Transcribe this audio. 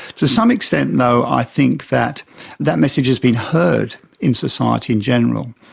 to some extent though i think that that message has been heard in society in general,